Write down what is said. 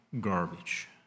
garbage